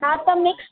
हा त मिक्स